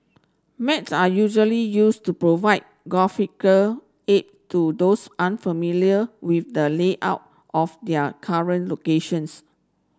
maps are usually used to provide aid to those unfamiliar with the layout of their current locations